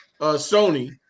Sony